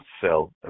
sell